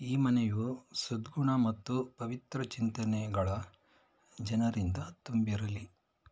ಈ ಮನೆಯು ಸದ್ಗುಣ ಮತ್ತು ಪವಿತ್ರ ಚಿಂತನೆಗಳ ಜನರಿಂದ ತುಂಬಿರಲಿ